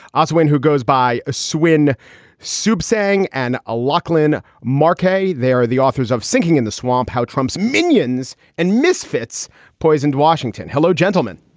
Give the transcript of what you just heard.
oswin, who goes by a swin soothsaying and a lauchlan marquet. they're the authors of sinking in the swamp. how trump's minions and misfits to and washington. hello, gentlemen.